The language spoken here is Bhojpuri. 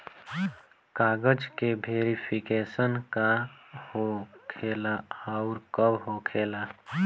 कागज के वेरिफिकेशन का हो खेला आउर कब होखेला?